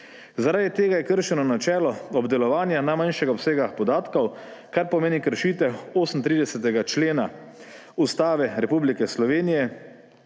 Zaradi tega je kršeno načelo obdelovanja najmanjšega obsega podatkov, kar pomeni kršitev 38. člena Ustave Republike Slovenije,